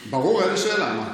ברור, איזו שאלה?